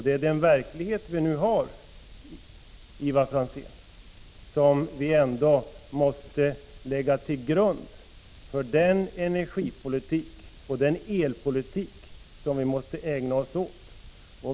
Det är den verklighet vi nu har som vi ändå måste lägga till grund för den energipolitik och den elpolitik som vi måste ägna oss åt.